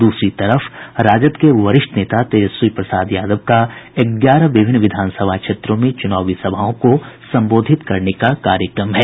दूसरी तरफ राजद के वरिष्ठ नेता तेजस्वी प्रसाद यादव का ग्यारह विभिन्न विधानसभा क्षेत्रों में चुनावी सभाओं को संबोधित करने का कार्यक्रम है